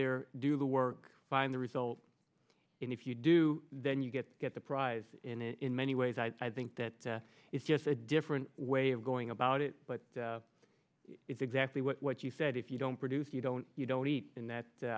there do the work find the result and if you do then you get get the prize in many ways i think that it's just a different way of going about it but it's exactly what you said if you don't produce you don't you don't eat and that